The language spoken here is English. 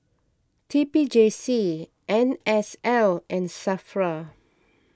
T P J C N S L and Safra